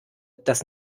das